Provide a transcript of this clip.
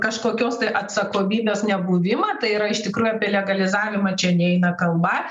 kažkokios atsakomybės nebuvimą tai yra iš tikrųjų legalizavimą čia neina kalba